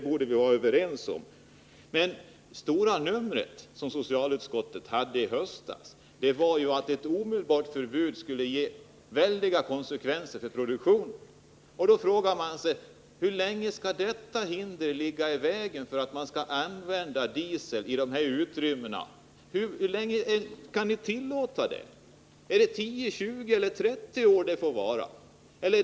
Socialutskottets stora slagnummer i höstas var att ett omedelbart förbud skulle ge väldiga konsekvenser för produktionen. Då frågar man sig: Hur länge skall ett sådant skäl lägga hinder i vägen för förbud mot användning av diesel i dessa utrymmen? Är det 10, 20 eller 30 år?